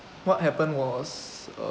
what happened was uh